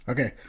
Okay